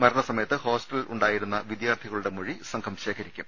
മരണസമയത്ത് ഹോസ്റ്റലിൽ ഉണ്ടായിരുന്ന വിദ്യാർത്ഥികളുടെ മൊഴി സംഘം ശേഖരിക്കും